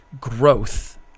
growth